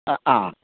അ ആ